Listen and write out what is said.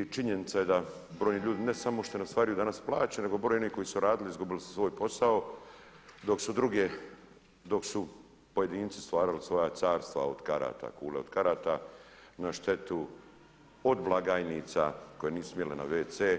I činjenica je da brojni ljudi ne samo što ne ostvaruju plaće nego brojni koji su radili izgubili su svoj posao dok su pojedinci stvarali svoja carstva od karata, kule od karata na štetu od blagajnica koje nisu smjele na wc,